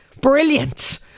Brilliant